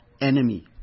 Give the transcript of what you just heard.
enemy